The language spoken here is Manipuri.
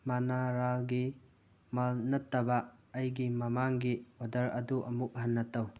ꯃꯥꯟꯅꯥ ꯔꯥꯜꯒꯤ ꯃꯥꯜꯇ ꯅꯠꯇꯕ ꯑꯩꯒꯤ ꯃꯃꯥꯡꯒꯤ ꯑꯣꯗꯔ ꯑꯗꯨ ꯑꯃꯨꯛ ꯍꯟꯅ ꯇꯧ